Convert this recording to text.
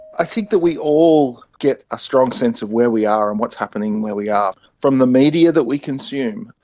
i think that we all get a strong sense of where we are and what is happening where we are. from the media that we consume,